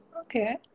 Okay